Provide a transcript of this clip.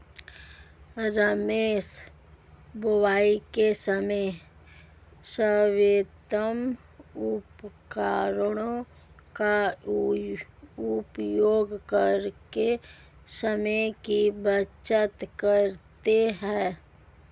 रमेश बुवाई के समय सर्वोत्तम उपकरणों का उपयोग करके समय की बचत करता है